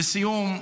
לסיום,